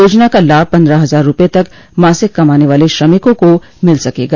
योजना का लाभ पन्द्रह हजार रूपये तक मासिक कमाने वाले श्रमिकों को मिल सकेगा